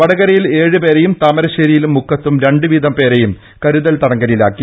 വടകരയിൽ ഏഴ് പേരേയും താമരശ്ശേരിയിലും മുക്കത്തും രണ്ട് വീതം പേരെയും കരുതൽ തടങ്കലിലാക്കി